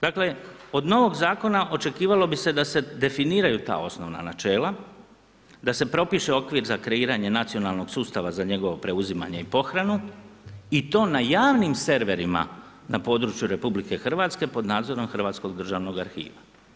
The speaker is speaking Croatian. Dakle, od novog zakona očekivalo bi se da se definiraju ta osnovna načela, da se propiše okvir za kreiranje nacionalnog sustava za njegovo preuzimanje i pohranu i to na javnim serverima na području RH pod nadzorom Hrvatskog državnog arhiva.